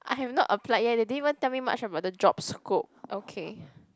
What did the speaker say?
I have not applied yet they didn't even tell me much about the job scope okay